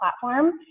platform